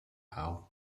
how